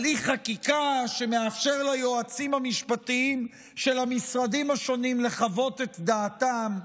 הליך חקיקה שמאפשר ליועצים המשפטיים של המשרדים השונים לחוות את דעתם,